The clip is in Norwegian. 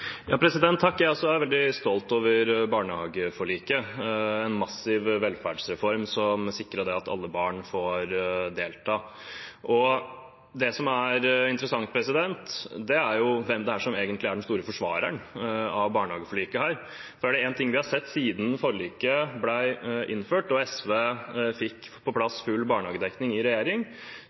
er også veldig stolt over barnehageforliket – en massiv velferdsreform som sikret at alle barn får delta. Det som er interessant, er hvem som egentlig er den store forsvareren av barnehageforliket, for er det én ting vi har sett siden forliket ble innført og SV fikk på plass full barnehagedekning i regjering,